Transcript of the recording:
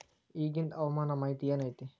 ಇಗಿಂದ್ ಹವಾಮಾನ ಮಾಹಿತಿ ಏನು ಐತಿ?